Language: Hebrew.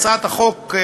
הצעת החוק,